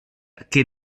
che